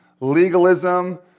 legalism